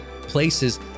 places